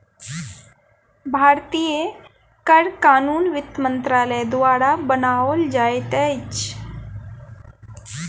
भारतीय कर कानून वित्त मंत्रालय द्वारा बनाओल जाइत अछि